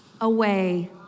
away